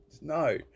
no